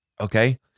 Okay